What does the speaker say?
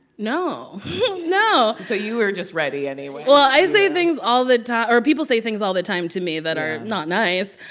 no no so you were just ready anyway well, i say things all the time or people say things all the time to me that are not nice.